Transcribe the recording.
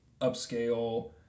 upscale